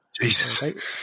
Jesus